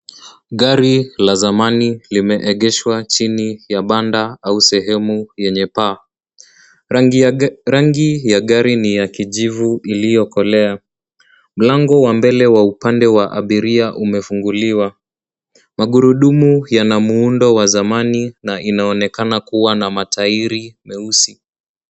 Gari la zamani limeegeshwa chini ya banda au sehemu yenye paa. Rangi ya gari ni ya kijivu iliyokolea. Mlango wa mbele wa upande wa abiria umefunguliwa. Magurudumu yana muundo wa zamani na inaonekana kuwa na matairi meusi.